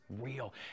real